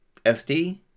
SD